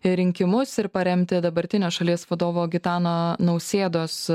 rinkimus ir paremti dabartinio šalies vadovo gitano nausėdos